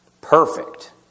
Perfect